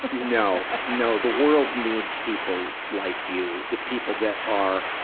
but and no. no. the world needs people like you, the people that are,